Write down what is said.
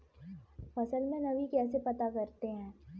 फसल में नमी कैसे पता करते हैं?